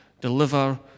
Deliver